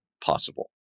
possible